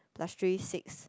plus three six